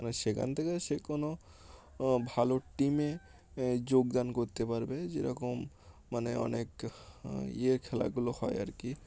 মানে সেখান থেকে সে কোনো ভালো টিমে যোগদান করতে পারবে যেরকম মানে অনেক ইয়ে খেলাগুলো হয় আর কি